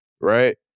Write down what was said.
right